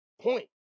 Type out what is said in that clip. point